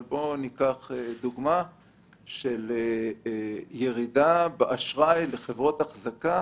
אם ניקח את הדוגמה של ירידה באשראי לחברות אחזקה